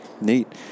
Neat